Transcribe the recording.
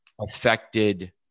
affected